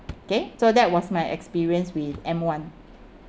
okay so that was my experience with M one